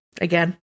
again